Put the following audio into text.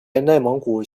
内蒙古